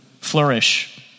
flourish